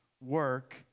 work